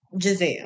Giselle